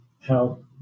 help